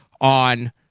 on